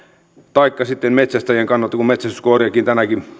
taikka sitten metsästäjän kannalta metsästyskoiriakin tänäkin